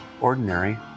ordinary